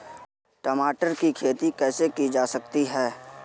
टमाटर की खेती कैसे की जा सकती है?